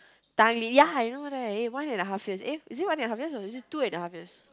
ya I know right eh one and a half years eh is it one and a half years or is it two and a half years